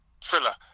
Thriller